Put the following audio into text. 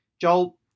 Joel